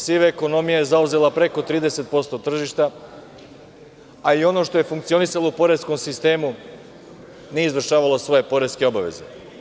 Siva ekonomija je zauzela preko 30% tržišta, a i ono što je funkcionisalo u poreskom sistemu nije izvršavalo svoje poreske obaveze.